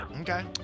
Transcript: Okay